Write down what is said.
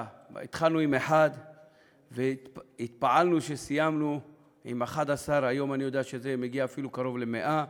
התחלנו עם אחד והתפעלנו שסיימנו עם 11. היום אני יודע שזה מגיע אפילו קרוב ל-100,